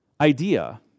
idea